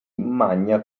magna